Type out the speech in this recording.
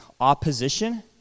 opposition